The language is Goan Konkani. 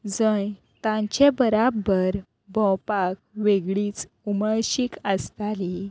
जंय तांचे बराबर भोंवपाक वेगळीच उमळशीक आसताली